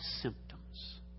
symptoms